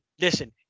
Listen